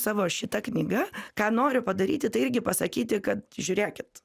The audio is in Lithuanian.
savo šita knyga ką noriu padaryti tai irgi pasakyti kad žiūrėkit